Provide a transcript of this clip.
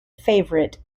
favourite